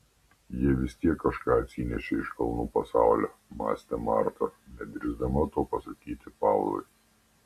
jie vis tiek kažką atsinešė iš kalnų pasaulio mąstė marta nedrįsdama to pasakyti pavlui